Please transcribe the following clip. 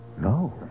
No